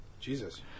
Jesus